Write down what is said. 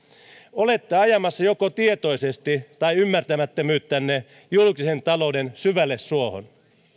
olette ajamassa joko tietoisesti tai ymmärtämättömyyttänne julkisen talouden syvälle suohon